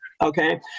Okay